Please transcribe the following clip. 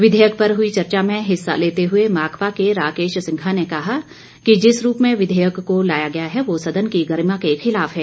विधेयक पर हुई चर्चा में हिस्सा लेते हुए माकपा के राकेश सिंघा ने कहा कि जिस रूप में विधेयक को लाया गया है वह सदन की गरिमा के खिलाफ है